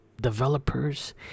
developers